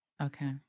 Okay